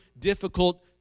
difficult